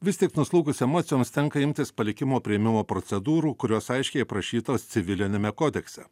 vis tiek nuslūgus emocijoms tenka imtis palikimo priėmimo procedūrų kurios aiškiai aprašytos civiliniame kodekse